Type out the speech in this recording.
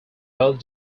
both